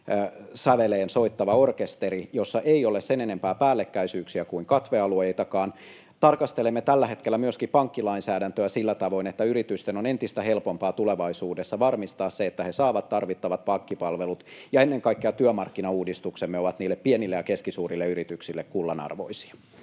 säveleen soittava orkesteri, jossa ei ole sen enempää päällekkäisyyksiä kuin katvealueitakaan. Tarkastelemme tällä hetkellä myöskin pankkilainsäädäntöä sillä tavoin, että yritysten on entistä helpompaa tulevaisuudessa varmistaa se, että he saavat tarvittavat pankkipalvelut. Ja ennen kaikkea työmarkkinauudistuksemme ovat niille pienille ja keskisuurille yrityksille kullanarvoisia.